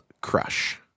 Crush